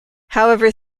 however